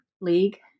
League